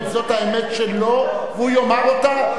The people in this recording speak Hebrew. זו האמת שלו, והוא יאמר אותה.